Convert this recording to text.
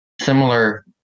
similar